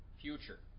future